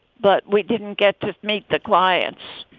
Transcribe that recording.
but we didn't get to meet the clients.